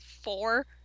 four